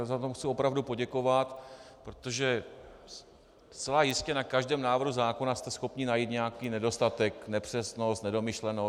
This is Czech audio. Za to mu chci opravdu poděkovat, protože zcela jistě na každém návrhu zákona jste schopni najít nějaký nedostatek, nepřesnost, nedomyšlenost.